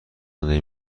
زندگی